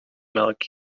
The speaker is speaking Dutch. melk